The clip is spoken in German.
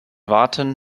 warten